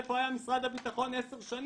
איפה היה משרד הביטחון עשר שנים?